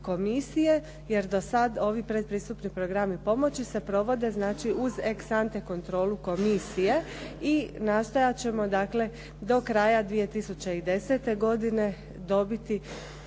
komisije jer do sada ovi pretpristupni programi pomoći se provode znači uz ex ante kontrolu komisije i nastojat ćemo do kraja 2010. godine dobiti